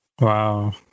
Wow